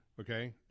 Okay